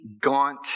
gaunt